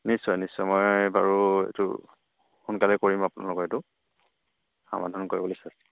নিশ্চয় নিশ্চয় মই বাৰু এইটো সোনকালে কৰিম আপোনালোকৰ এইটো সমাধান কৰিবলৈ চেষ্টা